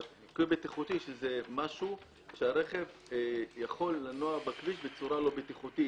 אבל זה משהו שהרכב יכול לנוע בכביש בצורה לא בטיחותית.